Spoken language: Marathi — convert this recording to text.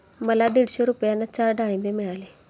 मला दीडशे रुपयांना चार डाळींबे मिळाली